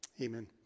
Amen